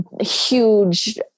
huge